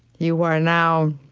you are now,